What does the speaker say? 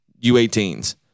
U18s